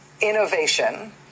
innovation